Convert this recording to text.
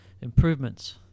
Improvements